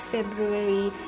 February